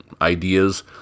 ideas